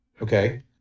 Okay